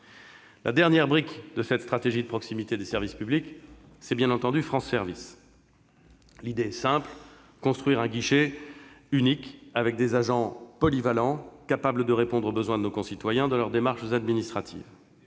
La dernière brique de cette stratégie de proximité des services publics, c'est bien entendu France Service. L'idée est simple : construire un guichet unique, avec des agents polyvalents, capables de répondre aux besoins de nos concitoyens dans leurs démarches administratives.